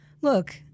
Look